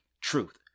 truth